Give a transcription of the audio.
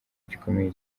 gikomeye